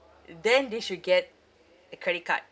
then they should get a credit card